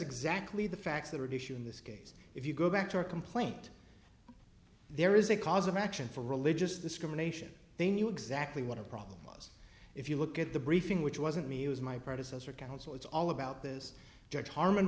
exactly the facts that are of issue in this case if you go back to a complaint there is a cause of action for religious discrimination they knew exactly what the problem was if you look at the briefing which wasn't me it was my predecessor council it's all about this judge harm